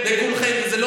אתה מדבר שטויות.